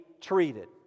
treated